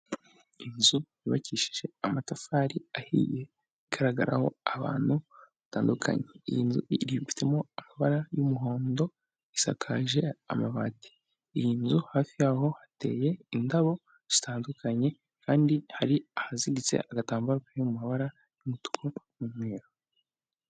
Inzu yubakishije amatafari ahiye igaragaraho abantu batandukanye, iyi nzu itatsemo amabara y'umuhondo isakaje amabati. Iyi nzu hafi yaho hateye indabo zitandukanye kandi hari ahaziritse agatambaro kari mu mabara y'umutuku n'umweru.